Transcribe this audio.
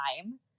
time